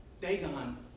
Dagon